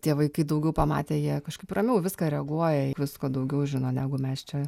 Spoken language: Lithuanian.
tie vaikai daugiau pamatę jie kažkaip ramiau į viską reaguoja visko daugiau žino negu mes čia